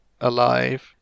alive